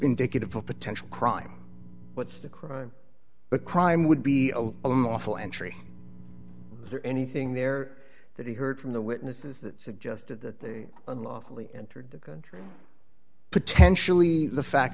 indicative of a potential crime what's the crime the crime would be a lawful entry there anything there that he heard from the witnesses that suggested that they unlawfully entered the country potentially the fact